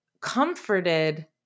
comforted